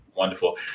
wonderful